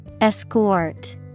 ESCORT